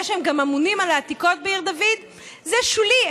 זה שהם גם אמונים על העתיקות בעיר דוד זה שולי.